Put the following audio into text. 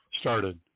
started